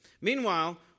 Meanwhile